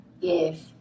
Yes